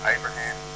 Abraham